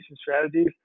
strategies